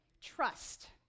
Trust